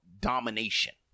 domination